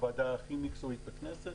הוועדה הכי מקצועית בכנסת,